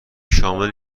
شامل